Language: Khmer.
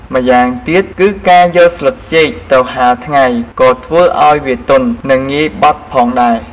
ម៉្យាងទៀតគឺការយកស្លឹកចេកទៅហាលថ្ងៃក៏ធ្វើឱ្យវាទន់ និងងាយបត់ផងដែរ។